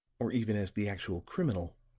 or even as the actual criminal.